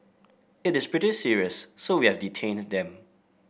it is pretty serious so we have detained them